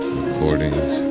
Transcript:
recordings